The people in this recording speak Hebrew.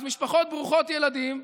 אז משפחות ברוכות ילדים,